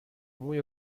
muy